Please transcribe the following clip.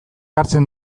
hartzen